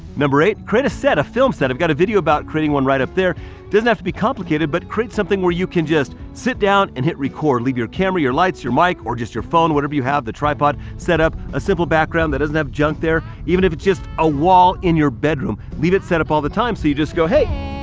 number eight, create a set of film set. i've got a video about creating one right up there. it doesn't have to be complicated, but create something where you can just sit down and hit record, leave your camera, your lights, your mic, or just your phone, whatever you have the tripod. set up a simple background that doesn't have junk there. even if it's just a wall in your bedroom, leave it set up all the time. so you just go hey.